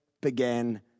began